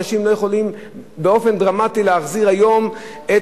אנשים לא יכולים באופן דרמטי להחזיר היום את